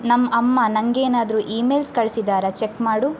ನಮ್ಮ ಅಮ್ಮ ನನಗೇನಾದ್ರು ಇಮೇಲ್ಸ್ ಕಳ್ಸಿದ್ದಾರ ಚೆಕ್ ಮಾಡು